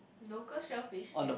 local shellfish as